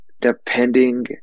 Depending